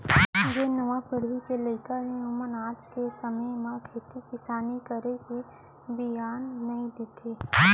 जेन नावा पीढ़ी के लइका हें ओमन आज के समे म खेती किसानी करे म धियान नइ देत हें